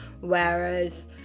whereas